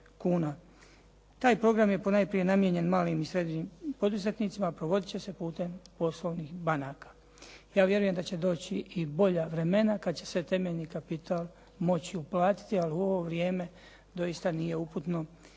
Taj program je ponajprije namijenjen malim i srednjim poduzetnicima, a provodit će se putem poslovnih banaka. Ja vjerujem da će doći i bolja vremena kad će se temeljni kapital moći uplatiti. Ali u ovo vrijeme doista nije uputno